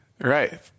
Right